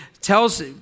tells